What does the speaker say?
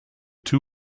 two